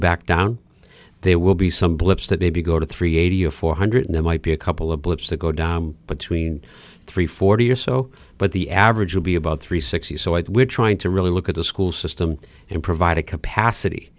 back down there will be some blips that maybe go to three eight four hundred nine might be a couple of blips that go down between three forty or so but the average would be about three sixty so it we're trying to really look at the school system and provide a capacity